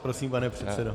Prosím, pane předsedo.